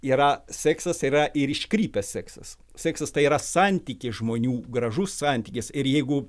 yra seksas yra ir iškrypęs seksas seksas tai yra santykiai žmonių gražus santykis ir jeigu